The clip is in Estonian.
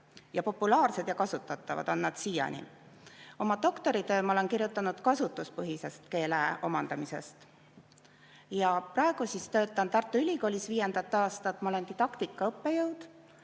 populaarsed ja kasutatavad on nad siiani. Oma doktoritöö ma olen kirjutanud kasutuspõhisest keele omandamisest. Praegu töötan Tartu Ülikoolis viiendat aastat, ma olen didaktika õppejõud